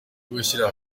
gushyira